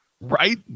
Right